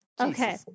Okay